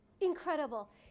incredible